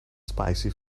spicy